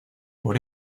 por